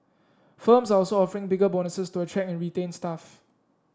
firms are also offering bigger bonuses to attract and retain staff